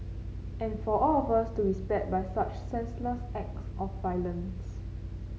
and for all of us to be spared by such senseless act of violence